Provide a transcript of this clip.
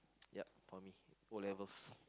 yup O-levels